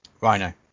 Rhino